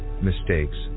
mistakes